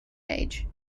age